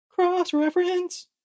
cross-reference